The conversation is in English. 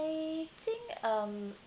I think um